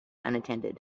unattended